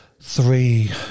three